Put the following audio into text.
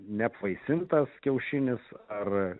neapvaisintas kiaušinis ar